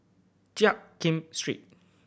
Jiak Kim Street